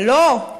אבל לא,